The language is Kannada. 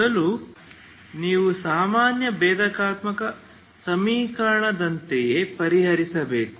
ಮೊದಲು ನೀವು ಸಾಮಾನ್ಯ ಭೇದಾತ್ಮಕ ಸಮೀಕರಣದಂತೆಯೇ ಪರಿಹರಿಸಬೇಕು